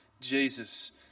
Jesus